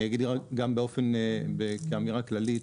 אני אגיד כאמירה כללית.